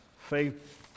Faith